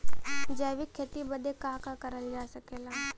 जैविक खेती बदे का का करल जा सकेला?